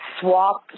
swap